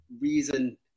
reason